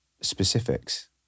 specifics